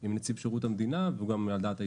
עם נציב שירות המדינה והוא גם על דעת ההסתדרות.